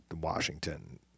Washington